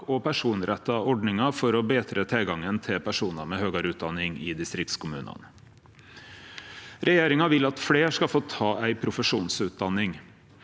og personretta ordningar for å betre tilgangen til personar med høgare utdanning i distriktskommunane. Regjeringa vil at fleire skal få ta ei profesjonsutdanning.